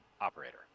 operator